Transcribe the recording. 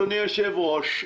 אדוני היושב-ראש,